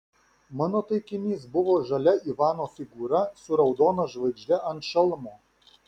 mano taikinys buvo žalia ivano figūra su raudona žvaigžde ant šalmo